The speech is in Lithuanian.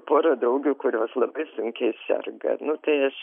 pora draugių kurios labai sunkiai serga nu tai aš